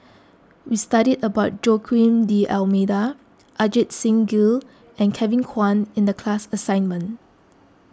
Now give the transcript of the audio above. we studied about Joaquim D'Almeida Ajit Singh Gill and Kevin Kwan in the class assignment